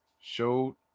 showed